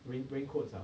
rain raincoats ah